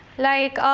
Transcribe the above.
like,